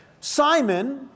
Simon